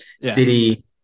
city